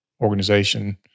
organization